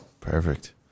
Perfect